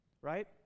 right